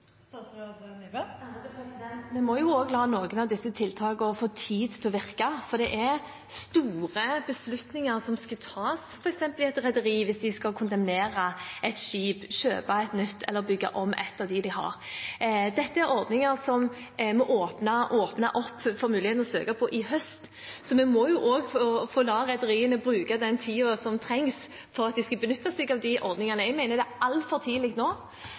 Vi må jo også la noen av disse tiltakene få tid til å virke, for det er store beslutninger som skal tas f.eks. i et rederi hvis de skal kondemnere et skip, kjøpe et nytt eller bygge om ett av dem de har. Dette er ordninger som vi åpnet opp for muligheten til å søke på i høst, så vi må jo også la rederiene få bruke den tiden som trengs for at de skal benytte seg av ordningene. Jeg mener det er altfor tidlig nå